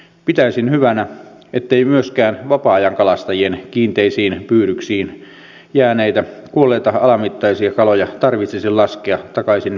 pitäisin hyvänä ettei myöskään vapaa ajankalastajien kiinteisiin pyydyksiin jääneitä kuolleita alamittaisia kaloja tarvitsisi laskea takaisin veteen